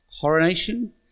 coronation